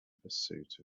pursuit